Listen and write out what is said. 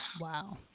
Wow